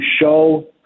show